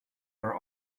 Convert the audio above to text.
are